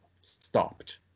stopped